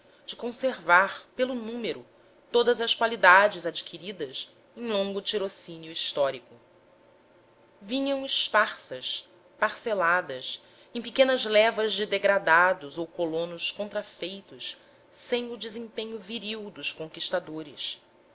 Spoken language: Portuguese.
de conservar pelo número todas as qualidades adquiridas em longo tirocínio histórico vinham esparsas parceladas em pequenas levas de degredados ou colonos contrafeitos sem o desempeno viril dos conquistadores